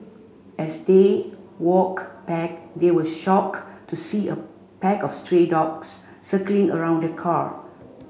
as they walked back they were shocked to see a pack of stray dogs circling around the car